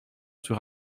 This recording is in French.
sur